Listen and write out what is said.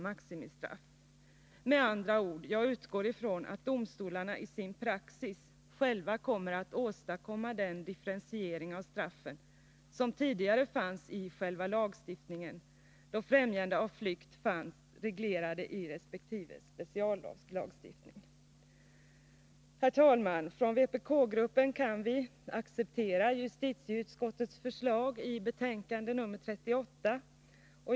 Jag utgår med andra ord ifrån att domstolarna själva i sin praxis kommer att åstadkomma den differentiering av straffen som tidigare fanns i lagstiftningen. Straffen för främjande av flykt fanns då reglerade i resp. speciallagstiftning. Herr talman! Vpk-gruppen kan acceptera justitieutskottets förslag i dess betänkande nr 38.